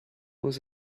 was